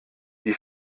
die